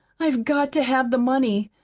i've got to have the money.